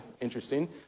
interesting